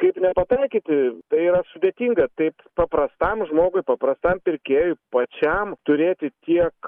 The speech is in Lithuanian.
kaip nepataikyti tai yra sudėtinga taip paprastam žmogui paprastam pirkėjui pačiam turėti tiek